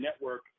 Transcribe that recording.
network